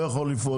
לא יכול לפעול.